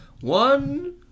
One